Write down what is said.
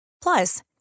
Plus